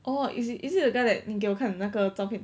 oh is it is it that guy that 你给我看的那个照片